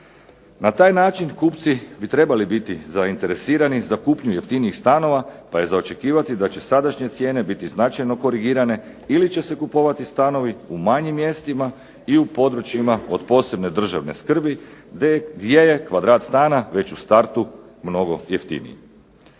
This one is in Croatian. Na taj način kupci bi trebali biti zainteresirani za kupnju jeftinijih stanova pa je za očekivati da će sadašnje cijene biti značajno korigirane ili će se kupovati stanovi u manjim mjestima i u područjima od posebne državne skrbi gdje je kvadrat stana već u startu mnogo jeftiniji.